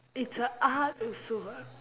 it's a art also what